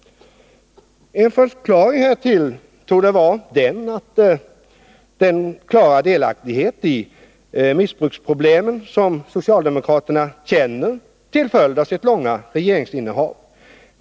En förklaring härtill torde vara den klara delaktighet i missbruksproblemen som socialdemokraterna känner till följd av sitt långa regeringsinnehav.